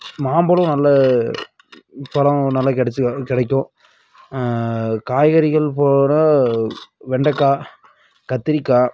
மாம்பழம் நல்லா பழம் நல்லா கெடைச்சி கிடைக்கும் காய்கறிகள் போனால் வெண்டைக்காய் கத்திரிக்காய்